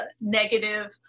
negative